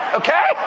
okay